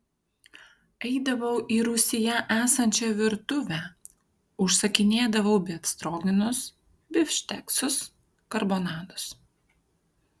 eidavau į rūsyje esančią virtuvę užsakinėdavau befstrogenus bifšteksus karbonadus